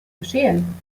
geschehen